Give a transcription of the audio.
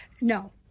No